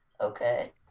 Okay